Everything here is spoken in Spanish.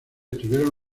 estuvieron